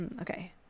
Okay